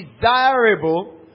desirable